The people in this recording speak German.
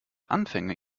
anfänger